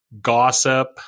gossip